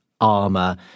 armor